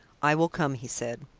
i will come, he said.